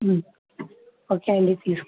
okay అండి తీసు